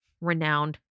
renowned